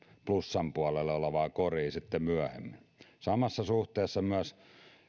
plussan puolella olevaan koriin sitten myöhemmin samassa suhteessa myös